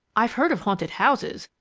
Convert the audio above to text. i've heard of haunted houses,